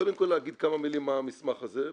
קודם כל להגיד כמה מילים מה המסמך הזה,